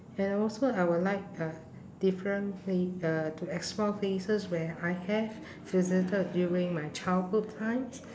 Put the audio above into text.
and also I would like uh different pla~ uh to explore places where I have visited during my childhood times